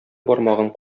бармагын